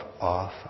off